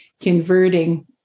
converting